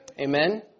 Amen